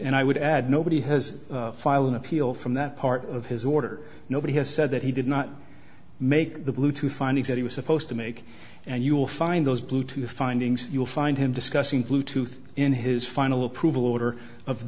and i would add nobody has filed an appeal from that part of his order nobody has said that he did not make the bluetooth findings that he was supposed to make and you'll find those blue tooth findings you'll find him discussing blue tooth in his final approval order of